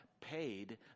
paid